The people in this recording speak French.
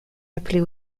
appeler